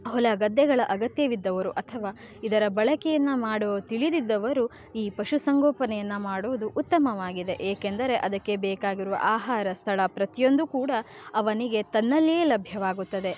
ಹೊಲ ಗದ್ದೆಗಳ ಅಗತ್ಯವಿದ್ದವರು ಅಥವಾ ಇದರ ಬಳಕೆಯನ್ನು ಮಾಡೋ ತಿಳಿದಿದ್ದವರು ಈ ಪಶುಸಂಗೋಪನೆಯನ್ನು ಮಾಡುವುದು ಉತ್ತಮವಾಗಿದೆ ಏಕೆಂದರೆ ಅದಕ್ಕೆ ಬೇಕಾಗಿರುವ ಆಹಾರ ಸ್ಥಳ ಪ್ರತಿಯೊಂದೂ ಕೂಡ ಅವನಿಗೆ ತನ್ನಲ್ಲಿಯೇ ಲಭ್ಯವಾಗುತ್ತದೆ